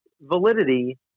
validity